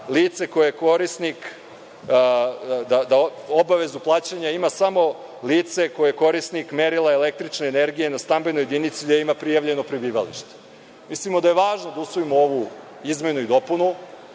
da obavezu plaćanja ima samo lice koje je korisnik merila električne energije na stambenoj jedinici gde ima prijavljeno prebivalište. Mislimo da je važno da usvojimo ovu izmenu i dopunu,